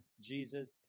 jesus